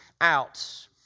out